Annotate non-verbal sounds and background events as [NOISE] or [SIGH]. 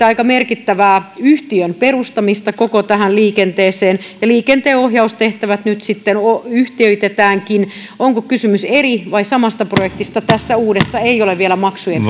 [UNINTELLIGIBLE] aika merkittävää yhtiön perustamista koko liikenteeseen ja liikenteenohjaustehtävät nyt sitten yhtiöitetäänkin onko kysymys eri vai samasta projektista tässä uudessa ei ole vielä maksujen [UNINTELLIGIBLE]